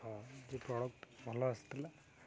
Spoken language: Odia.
ହଁ ଯେ ପ୍ରଡ଼କ୍ଟ ଭଲ ଆସିଥିଲା